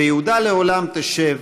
"ויהודה לעולם תשב,